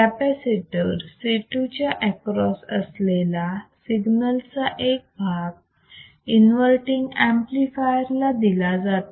capacitor C2 च्या across असलेला सिग्नलचा एक भाग इन्वर्तींग एंपलीफायर दिला जातो